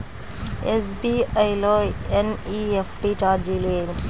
SBI లో NEFT ఛార్జీలు ఏమిటి?